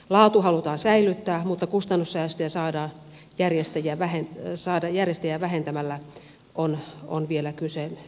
laatu halutaan säilyttää mutta kustannussäästöjä saada järjestäjiä vähentämällä on vielä kysymysmerkki